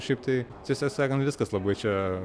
šiaip tai tiesą sakant viskas labai čia